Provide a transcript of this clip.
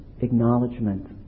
acknowledgement